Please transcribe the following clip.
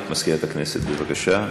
מזכירת הכנסת, בבקשה.